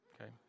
Okay